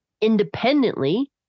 independently